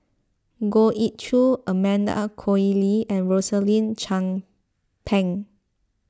Goh Ee Choo Amanda Koe Lee and Rosaline Chan Pang